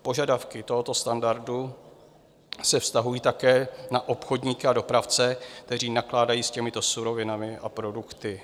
Požadavky tohoto standardu se vztahují také na obchodníky a dopravce, kteří nakládají s těmito surovinami a produkty.